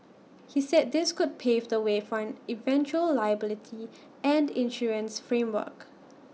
he said this could pave the way for an eventual liability and insurance framework